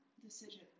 decision